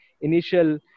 initial